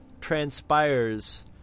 transpires